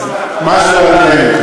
אז אנא ממך.